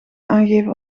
aangeven